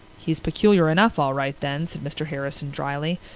he's peculiar enough all right then, said mr. harrison drily.